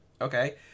Okay